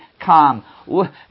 calm